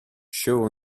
show